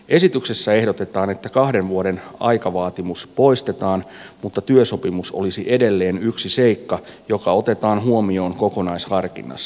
esityksessä ehdotetaan että kahden vuoden aikavaatimus poistetaan mutta työsopimus olisi edelleen yksi seikka joka otetaan huomioon kokonaisharkinnassa